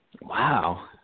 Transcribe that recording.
Wow